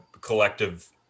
collective